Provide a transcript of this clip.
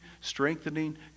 strengthening